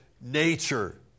nature